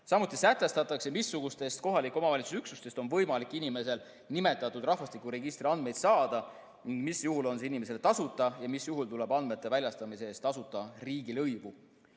Samuti sätestatakse, missugustest kohaliku omavalitsuse üksustest on võimalik inimesel nimetatud rahvastikuregistri andmeid saada, mis juhul on see inimesele tasuta ja mis juhul tuleb andmete väljastamise eest tasuda riigilõivu.